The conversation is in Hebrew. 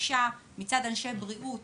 הדרישה מצד אנשי בריאות